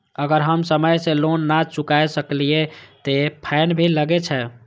अगर हम समय से लोन ना चुकाए सकलिए ते फैन भी लगे छै?